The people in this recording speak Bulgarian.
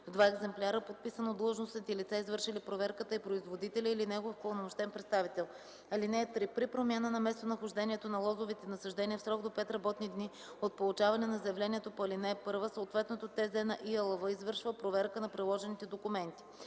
два екземпляра, подписан от длъжностните лица, извършили проверката, и производителя или негов упълномощен представител. (3) При промяна на местонахождението на лозовите насаждения в срок до 5 работни дни от получаване на заявлението по ал. 1 съответното ТЗ на ИАЛВ извършва проверка на приложените документи.